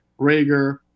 Rager